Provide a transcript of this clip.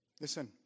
listen